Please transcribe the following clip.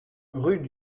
rue